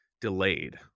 delayed